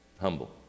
humble